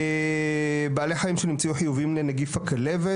בעלי חיים שנמצאו חיובים לנגיף הכלבת,